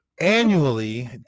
Annually